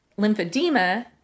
Lymphedema